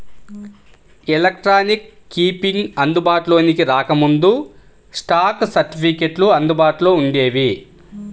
electronic keeping అందుబాటులోకి రాకముందు, stock సర్టిఫికెట్లు అందుబాటులో వుండేవి